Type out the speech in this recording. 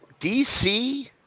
DC